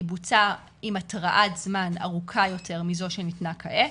היא בוצעה עם התרעת זמן ארוכה יותר מזו שניתנה כעת,